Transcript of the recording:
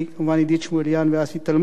עידית שלומיאן ואסי טלמון,